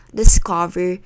discover